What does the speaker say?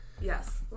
yes